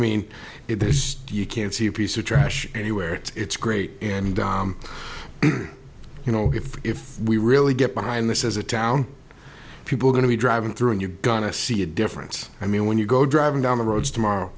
is you can't see a piece of trash anywhere it's great and you know if if we really get behind this is a town people are going to be driving through and you're gonna see a difference i mean when you go driving down the roads tomorrow